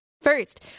first